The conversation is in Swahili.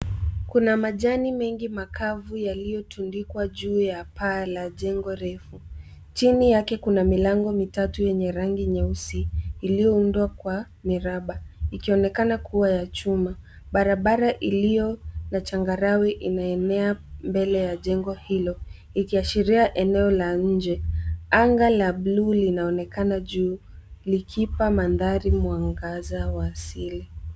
Kuna majani mengi makavu yaliyotundikwa juu ya paa la jengo refu. Chini yake kuna milango mitatu yenye rangi nyeusi iliyoundwa kwa miraba ikionekana kuwa ya chuma. Barabara iliyo na changarawe inaenea mbele ya jengo hilo ikiashiria eneo la nje. Anga la bluu linaonekana juu likipa mandhari mwangaza wa asili.